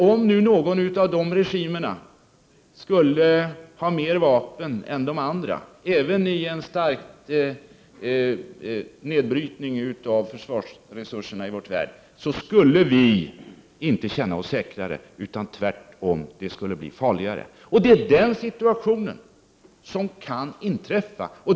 Om någon av dessa regimer skulle ha mer vapen än de andra, även i en stark nedbrytning av försvarsresurserna i vår värld, skulle vi inte känna oss säkrare, utan tvärtom, det skulle bli farligare. Det är den situationen som kan inträffa.